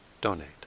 donate